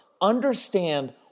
understand